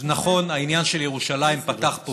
נכון, העניין של ירושלים פתח פה